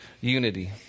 unity